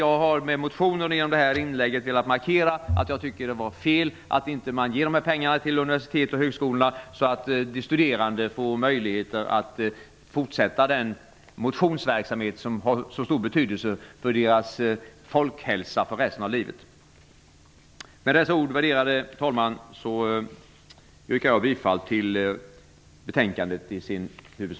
Jag ville genom min motion och mitt inlägg här markera att jag tycker att det är fel att inte ge nämnda pengar till universiteten och högskolorna för att de studerande skall få möjligheter att fortsätta med den motionsverksamhet som har så stor betydelse för folkhälsan och alltså för de studerandes hälsa under resten av livet. Värderade talman! Med dessa ord yrkar jag bifall till hemställan i betänkandet i dess helhet.